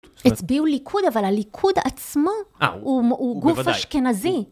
הצביעו ליכוד אבל הליכוד עצמו הוא גוף אשכנזי.